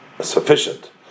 sufficient